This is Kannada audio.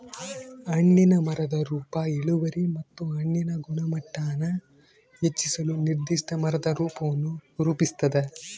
ಹಣ್ಣಿನ ಮರದ ರೂಪ ಇಳುವರಿ ಮತ್ತು ಹಣ್ಣಿನ ಗುಣಮಟ್ಟಾನ ಹೆಚ್ಚಿಸಲು ನಿರ್ದಿಷ್ಟ ಮರದ ರೂಪವನ್ನು ರೂಪಿಸ್ತದ